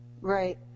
Right